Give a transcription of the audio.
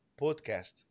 podcast